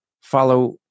follow